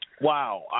Wow